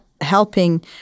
helping